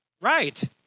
Right